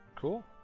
cool